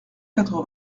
quatre